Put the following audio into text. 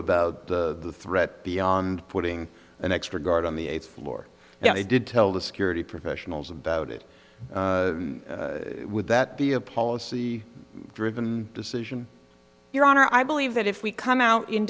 about the threat beyond putting an extra guard on the eighth floor yeah they did tell the security professionals about it would that be a policy driven decision your honor i believe that if we come out in